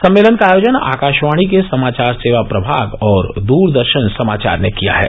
सम्मेलन का आयोजन आकाशवाणी के समाचार सेवा प्रभाग और दूरदर्शन समाचार ने किया है